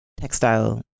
textile